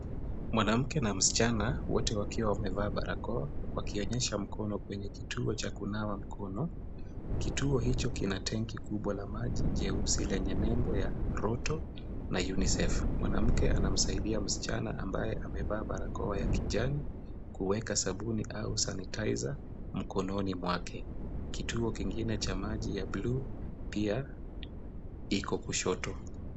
Mwanamke na msichana wote wakiwa wamevaa barakoa, wakionyesha mkono kwenye kituo cha kunawa mkono, kituo hicho kina tenki kubwa la maji jeusi lenye nembo ya Roto na UNICEF. Mwanamke anamsaidia msichana ambaye amevaa barakoa ya kijani, kuweka sabuni au sanitizer , mkononi mwake. Kituo kingine cha maji ya bluu pia iko kushoto.